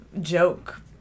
joke